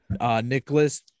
Nicholas